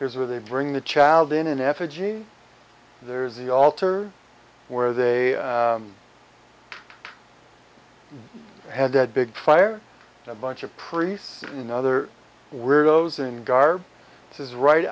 here's where they bring the child in an effigy there's the altar where they had that big fire a bunch of priests and other weirdos in garb this is right